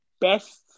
Best